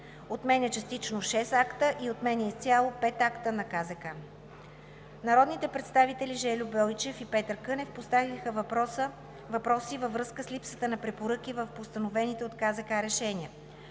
отменя частично 6 акта и отменя изцяло 5 акта на КЗК. Народните представители Жельо Бойчев и Петър Кънев поставиха въпроси във връзка с липсата на препоръки в постановените от КЗК решения;